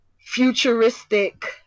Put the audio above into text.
futuristic